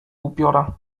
upiora